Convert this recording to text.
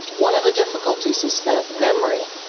one of the difficulties is that memory